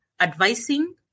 advising